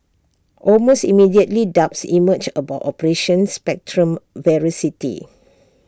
almost immediately doubts emerged about operations Spectrum's veracity